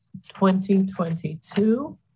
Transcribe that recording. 2022